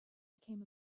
became